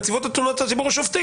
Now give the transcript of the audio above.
נציבות תלונות הציבור לשופטים,